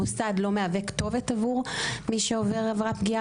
המוסד לא מהווה כתובת עבור מי שעוברת עבירת פגיעה,